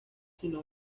sino